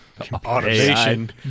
automation